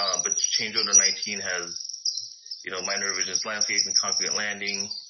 um but change order nineteen has you know minor revisions, landscape and concrete landing.